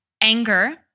anger